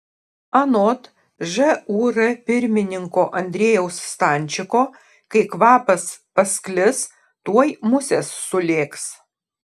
anot žūr pirmininko andriejaus stančiko kai kvapas pasklis tuoj musės sulėks